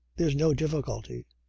there's no difficulty.